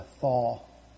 fall